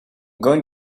going